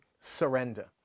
surrender